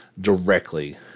directly